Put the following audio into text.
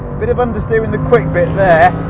bit of understeer in the quick bit there.